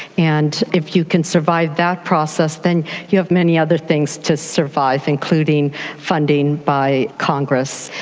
and if you can survive that process then you have many other things to survive, including funding by congress.